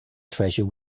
treasure